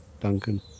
Duncan